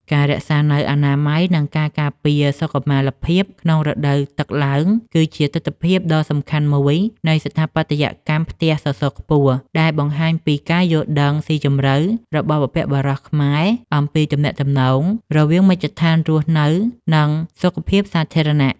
ការរក្សានូវអនាម័យ និងការការពារសុខុមាលភាពក្នុងរដូវទឹកឡើង គឺជាទិដ្ឋភាពដ៏សំខាន់មួយនៃស្ថាបត្យកម្មផ្ទះសសរខ្ពស់ ដែលបង្ហាញពីការយល់ដឹងស៊ីជម្រៅរបស់បុព្វបុរសខ្មែរអំពីទំនាក់ទំនងរវាងមជ្ឈដ្ឋានរស់នៅ និងសុខភាពសាធារណៈ។